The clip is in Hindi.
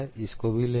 इसको भी लेंगे